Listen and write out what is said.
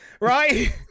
right